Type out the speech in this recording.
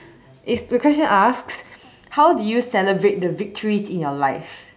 is the question asked how do you celebrate the victories in your life